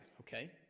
okay